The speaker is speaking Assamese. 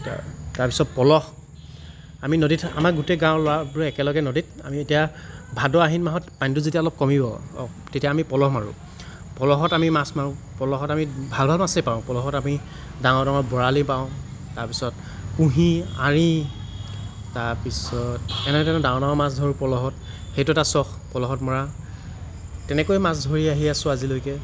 তাৰ পিছত পলহ আমি নদীৰ আমাৰ গোটেই গাঁৱৰ ল'ৰাবোৰে একেলগে নদীত আমি এতিয়া ভাদ আহিন মাহত পানীটো যেতিয়া অলপ কমিব তেতিয়া আমি পলহ মাৰোঁ পলহত আমি মাছ মাৰো পলহত আমি ভাল ভাল মাছেই পাওঁ পলহত আমি মাছ মাৰোঁ পলহত আমি ভাল ভাল মাছেই পাওঁ পলহত আমি ডাঙৰ ডাঙৰ বৰালি পাওঁ তাৰ পাছত কুহি আৰি তাৰ পিছত এনে ধৰণে ডাঙৰ ডাঙৰ মাছ ধৰোঁ পলহত সেইটো এটা চখ পলহত মৰা তেনেকৈ মাছ ধৰি আহি আছো আজিলৈকে